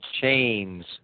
chains